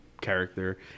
character